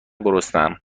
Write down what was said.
گرسنهام